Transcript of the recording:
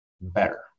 better